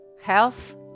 health